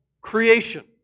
creation